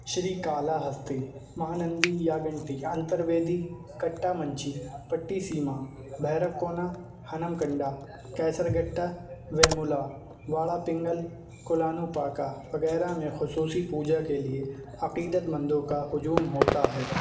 شری Kalahasti Mahanandi Yaganti Antarvedi Kattamanchi Pattiseema Bhairavakona Hanamkonda Keesaragutta Vemulawada Pangal Kolanupaka وغیرہ میں خصوصی پوجا کے لیے عقیدت مندوں کا ہجوم ہوتا ہے